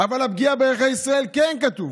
אבל על הפגיעה בערכי ישראל כן כתוב.